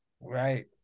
Right